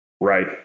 right